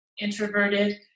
introverted